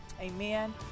Amen